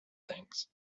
things